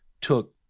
took